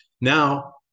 now